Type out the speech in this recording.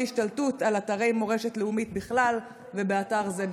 השתלטות על אתרי מורשת לאומית בכלל ועל אתר זה בפרט?